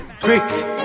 Great